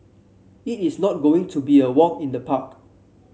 it is not going to be a walk in the park